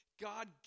God